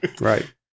Right